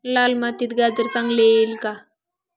लाल मातीत गाजर चांगले येईल का?